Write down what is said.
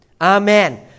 Amen